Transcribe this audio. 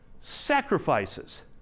sacrifices